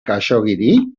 khaxoggiri